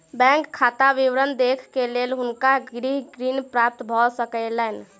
bank खाता विवरण देख के हुनका गृह ऋण प्राप्त भ सकलैन